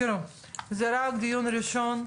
זה רק דיון ראשון,